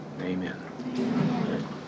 Amen